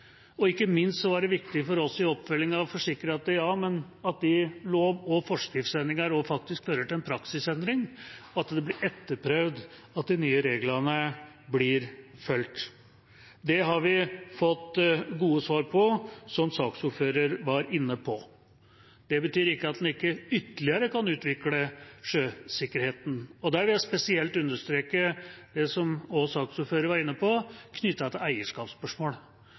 og ikke minst var det viktig for oss i oppfølgingen å forsikre at de lov- og forskriftsendringene også faktisk fører til en praksisendring, at det blir etterprøvd at de nye reglene blir fulgt. Det har vi fått gode svar på, som saksordføreren var inne på. Det betyr ikke at en ikke ytterligere kan utvikle sjøsikkerheten, og der vil jeg spesielt understreke det som også saksordføreren var inne på, knyttet til eierskapsspørsmål.